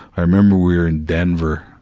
i remember we were in denver,